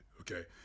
Okay